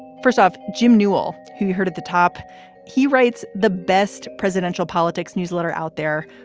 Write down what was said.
first off, jim newell, who heard at the top he writes the best presidential politics newsletter out there.